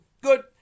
Good